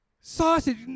Sausage